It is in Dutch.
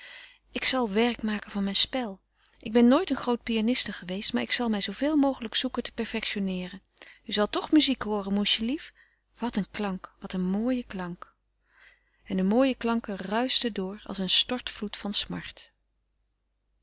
ik zal werk maken van mijn spel ik ben nooit een groote pianiste geweest maar ik zal mij zooveel mogelijk zoeken te perfectionneeren u zal toch muziek hooren moesjelief wat een klank wat een mooie klank en de mooie klanken ruischten door als een stortvloed van smart